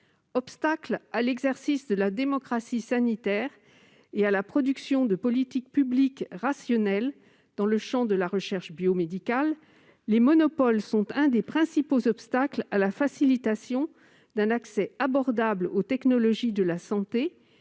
obstacles à l'exercice de la démocratie sanitaire et à la production de politiques publiques rationnelles dans le champ de la recherche biomédicale. Ils sont également l'un des principaux obstacles à la facilitation d'un accès abordable aux technologies de la santé